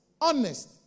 honest